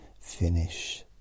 finish